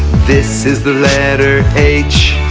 this is the letter h